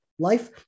Life